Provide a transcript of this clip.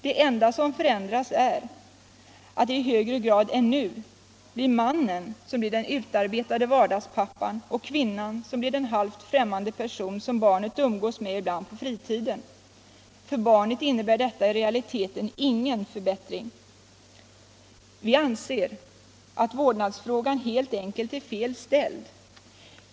Det enda som förändras är, att det i högre grad än nu är mannen som blir den utarbetade vardagspappan och kvinnan som blir den halvt främmande person som barnet umgås med ibland på fritiden. För barnet innebär detta i realiteten ingen förbättring. Vi anser att vårdnadsfrågan helt enkelt är fel ställd.